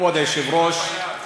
כבוד היושב-ראש,